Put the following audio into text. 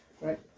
Right